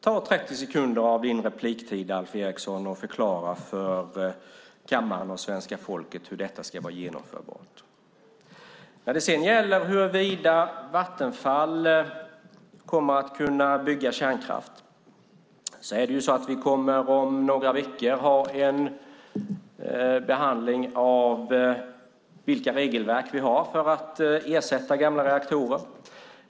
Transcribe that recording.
Ta 30 sekunder av din repliktid, Alf Eriksson, och förklara för kammaren och svenska folket hur detta ska vara genomförbart. När det gäller huruvida Vattenfall kommer att kunna bygga kärnkraft är det så att vi om några veckor kommer att ha en behandling av de regelverk vi har för att ersätta gamla reaktorer.